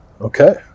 Okay